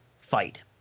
fight